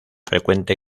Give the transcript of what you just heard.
frecuente